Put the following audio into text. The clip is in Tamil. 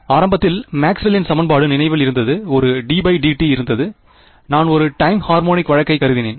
ஆரம்பத்தில் மேக்ஸ்வெல்லின் சமன்பாடு நினைவில் இருந்தது ஒரு ddt இருந்தது நான் ஒரு டைம் ஹார்மோனிக் வழக்கைக் கருதினேன்